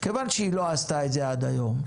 כיוון שהיא לא עשתה את זה עד היום,